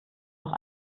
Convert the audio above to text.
noch